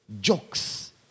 jokes